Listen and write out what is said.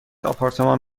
آپارتمان